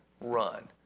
run